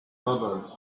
dollars